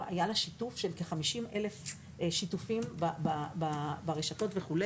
היה שיתוף של כ-50,000 שיתופים ברשתות וכו'.